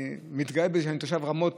אני מתגאה בזה שאני תושב רמות,